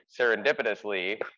serendipitously